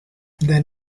than